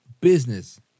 business